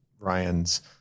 Ryan's